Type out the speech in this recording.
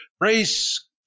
race